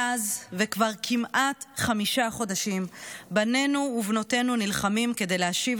מאז וכבר כמעט חמישה חודשים בנינו ובנותינו נלחמים כדי להשיב